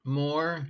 more